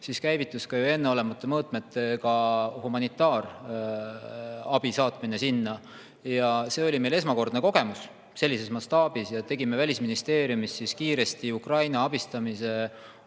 siis käivitus ka ju enneolematute mõõtmetega humanitaarabi saatmine sinna. See oli meil esmakordne kogemus sellises mastaabis. Tegime siis Välisministeeriumis kiiresti Ukraina